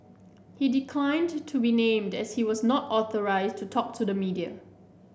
he declined to be named as he was not authorised to talk to the media